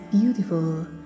beautiful